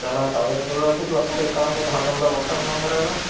त्याला कागदपत्रं खूप लागतात एक काम करतो हा तुमचा व्हाट्सऍप नम्बर आहे का